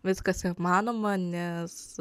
viskas įmanoma nes